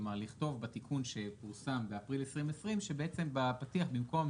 כלומר: לכתוב בתיקון שפורסם באפריל 2020 שבפתיח במקום